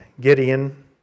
Gideon